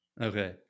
Okay